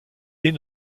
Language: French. est